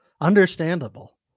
Understandable